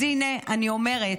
אז, הינה, אני אומרת,